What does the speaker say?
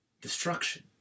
destruction